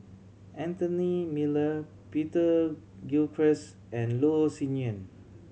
Anthony Miller Peter Gilchrist and Loh Sin Yun